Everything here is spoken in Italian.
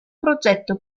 progetto